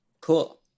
Cool